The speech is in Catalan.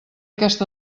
aquest